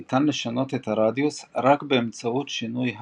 ניתן לשנות את הרדיוס רק באמצעות שינוי ההטייה,